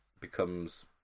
becomes